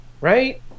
right